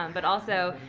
um but also,